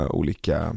olika